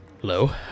Hello